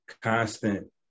constant